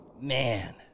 Man